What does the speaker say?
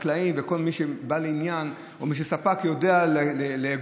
החקלאים וכל מי שהוא בעל עניין או מי שספק יודע לאגור